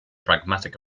pragmatic